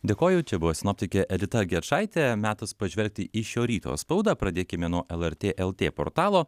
dėkoju čia buvo sinoptikė edita gečaitė metas pažvelgti į šio ryto spaudą pradėkime nuo lrt lrt portalo